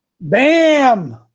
Bam